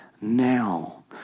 now